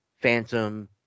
Phantom